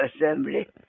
Assembly